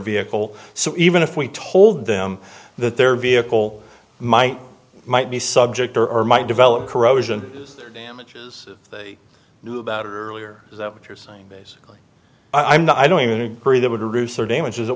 vehicle so even if we told them that their vehicle might might be subject or might develop corrosion damages they knew about it earlier is that what you're saying basically i'm not i don't even agree that would reduce or damages it